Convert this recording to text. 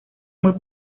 muy